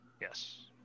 Yes